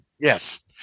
Yes